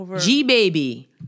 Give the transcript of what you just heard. G-Baby